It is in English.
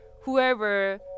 whoever